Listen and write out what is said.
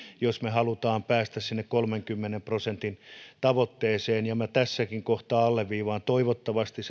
jos me haluamme päästä sinne kolmenkymmenen prosentin tavoitteeseen tässäkin kohtaa alleviivaan toivottavasti